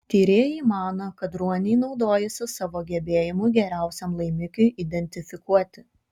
tyrėjai mano kad ruoniai naudojasi savo gebėjimu geriausiam laimikiui identifikuoti